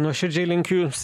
nuoširdžiai linkiu jums